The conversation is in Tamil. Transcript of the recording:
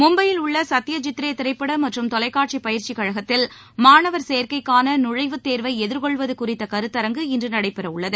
மும்பையில் உள்ள சத்யஜித் ரே திரைப்பட மற்றம் தொலைக்காட்சி பயிற்சி கழகத்தில் மாணவர் சேர்க்கைக்கான நுழைவுத்தேர்வு எதிர்கொள்வது குறித்த கருத்தரங்கு இன்று நடைபெறவுள்ளது